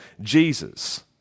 Jesus